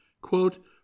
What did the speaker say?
Quote